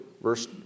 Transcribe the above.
Verse